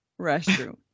restroom